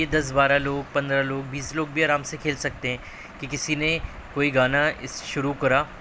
تو یہ دس بارہ لوگ پندرہ لوگ بیس بھی آرام سے کھیل سکتے ہیں کہ کسی نے کوئی گانا اس شروع کرا